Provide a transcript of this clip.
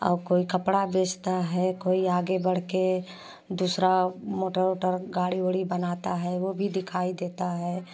और कोई कपड़ा बेचता है कोई आगे बढ़के दूसरा मोटर वोटर गाड़ी वाड़ी बनाता है वो दिखाई देता है